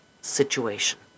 situation